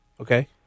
Okay